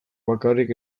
bakarrik